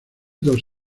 dos